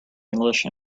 english